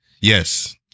Yes